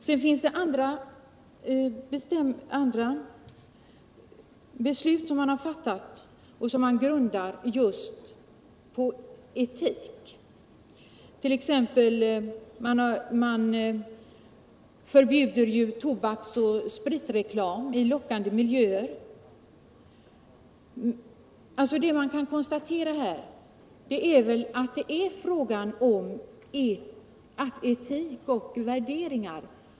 Det finns också andra beslut som grundar sig just på etik, t.ex. förbudet mot tobaksoch spritreklam med lockande miljöer. Här är det också fråga om etik och värderingar.